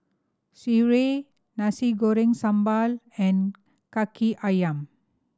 sireh Nasi Goreng Sambal and Kaki Ayam